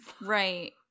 right